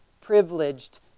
privileged